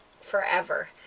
forever